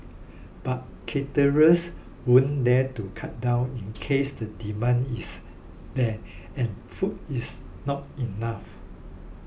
but caterers wouldn't dare to cut down in case the demand is there and food is not enough